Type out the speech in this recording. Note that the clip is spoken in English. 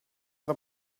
the